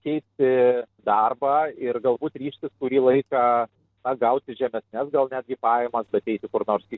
keisti darbą ir galbūt ryžtis kurį laiką na gauti žemesnes gal netgi pajamas ateiti kur nors į